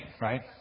right